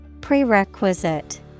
Prerequisite